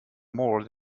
more